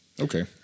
Okay